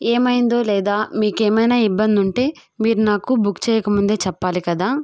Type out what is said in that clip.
ఏమైందో లేదా మీకు ఏమైనా ఇబ్బంది ఉంటే మీరు నాకు బుక్ చెయ్యకముందే చెప్పాలి కదా